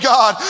God